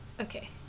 Okay